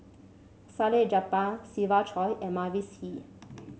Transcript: Salleh Japar Siva Choy and Mavis Hee